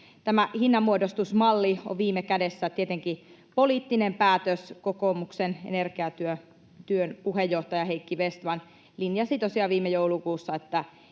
Tämä hinnanmuodostusmalli on viime kädessä tietenkin poliittinen päätös. Kokoomuksen energiatyön puheenjohtaja Heikki Vestman linjasi tosiaan viime joulukuussa, että